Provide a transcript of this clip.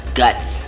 guts